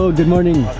so good morning.